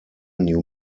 new